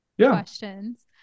questions